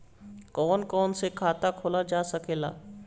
कौन कौन से खाता खोला जा सके ला?